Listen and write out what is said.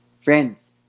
friends